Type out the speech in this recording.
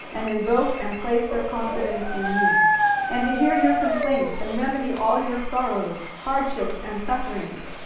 and invoke and place their confidence in me and to hear your complaints, and remedy all your sorrows, hardships, and suffering.